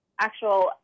actual